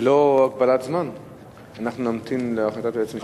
ללא הגבלת זמן אנחנו נמתין להחלטת היועץ המשפטי?